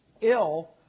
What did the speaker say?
ill